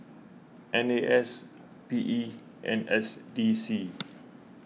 N A S P E and S D C